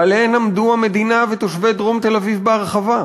שעליהן עמדו המדינה ותושבי דרום תל-אביב בהרחבה,